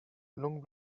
long